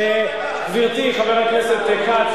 חבר הכנסת כץ,